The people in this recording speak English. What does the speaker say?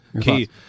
Key